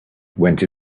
went